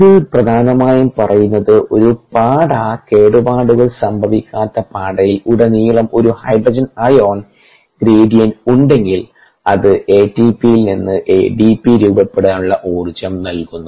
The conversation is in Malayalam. ഇത് പ്രധാനമായും പറയുന്നത് ഒരു പാട കേടുപാടുകൾ സംഭവിക്കാത്ത പാടയിൽ ഉടനീളം ഒരു ഹൈഡ്രജൻ അയോൺ ഗ്രേഡിയന്റ് ഉണ്ടെങ്കിൽ അത് എറ്റിപിയിൽ നിന്ന് എടിപി രൂപപ്പെടാനുള്ള ഊർജ്ജം നൽകുന്നു